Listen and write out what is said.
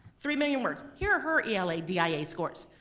three million words! here are her eladia scores,